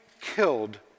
killed